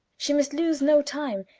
she must lose no time,